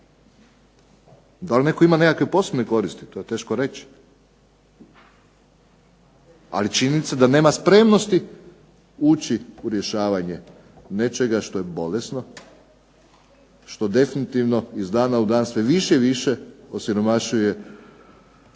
Da netko ima nekakve posebne koristi to je teško reći, ali činjenica je da nema spremnosti ući u rješavanje nečega što je bolesno, što definitivno iz dana u dan sve više i više osiromašuje